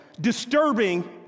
disturbing